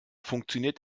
funktioniert